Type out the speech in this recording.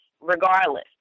regardless